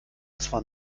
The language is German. zwar